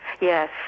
Yes